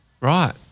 Right